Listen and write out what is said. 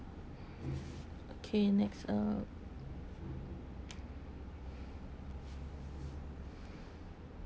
okay next uh